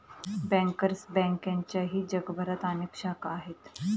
bankers बँकेच्याही जगभरात अनेक शाखा आहेत